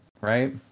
right